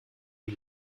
die